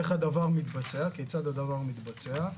כיצד הדבר מתבצע?